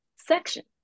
section